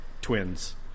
Twins